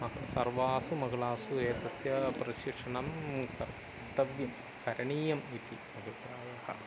अतः सर्वासु महिलासु एतस्याः परिशिक्षणं कर्तव्यं करणीयम् इति अभिप्रायः